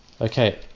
Okay